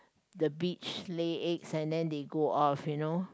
the beach lay eggs and then they go off you know